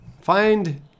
Find